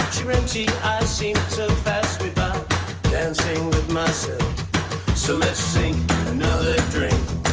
your empty eyes seem to pass me by dancing with myself so let's sink another drink